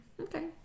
Okay